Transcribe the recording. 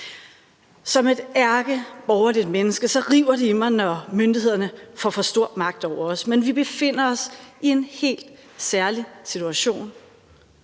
Som et ærkeborgerligt menneske river det i mig, når myndighederne får for stor magt over os. Men vi befinder os i en helt særlig situation,